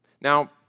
Now